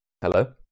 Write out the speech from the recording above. hello